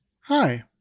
Hi